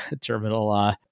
terminal